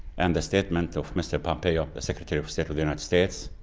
and the statement of mr. pompeo, the secretary of state of the united states,